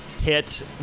hit